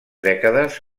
dècades